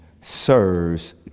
serves